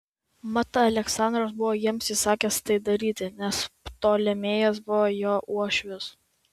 mat aleksandras buvo jiems įsakęs tai daryti nes ptolemėjas buvo jo uošvis